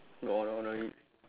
no no you